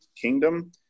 kingdom